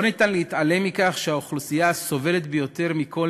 לא ניתן להתעלם מכך שהאוכלוסייה הסובלת ביותר מכל